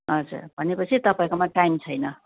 हजुर भने पछि तपाईँकोमा टाइम छैन